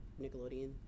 Nickelodeon